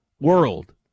world